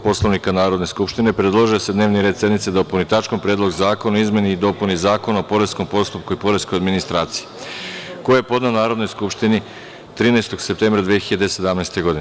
Poslovnika Narodne skupštine, predložio je da se dnevni red sednice dopuni tačkom – Predlog zakona o izmeni i dopuni Zakona o poreskom postupku i poreskoj administraciji, koji je podneo Narodnoj skupštini 13. septembra 2017. godine.